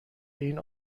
این